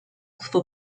for